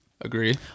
Agree